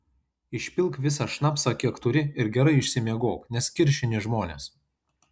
išpilk visą šnapsą kiek turi ir gerai išsimiegok nes kiršini žmones